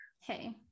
Hey